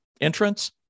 entrance